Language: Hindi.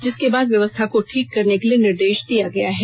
जिसके बाद व्यवस्था को ठीक करने के लिए निर्देश दिया गया है